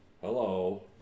hello